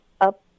up